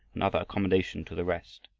and other accommodation to the rest.